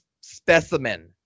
specimen